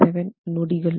077 நொடிகள்